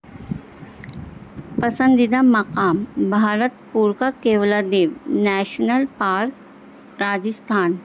پسندیدہ مقام Bharatpur Keoladeo national park Rajasthan